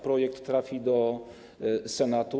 Projekt trafi do Senatu.